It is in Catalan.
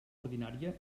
ordinària